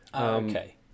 Okay